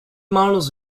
models